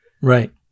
Right